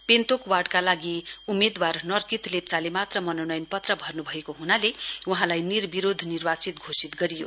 पेन्तोक वार्डका लागि एकजना उम्मेदवार नर्कित लेप्चाले मात्र मनोनयन पत्र भर्नुभएको ह्नाले वहाँलाई निर्विरोध निर्वाचित घोषित गरियो